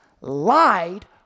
lied